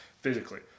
physically